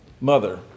mother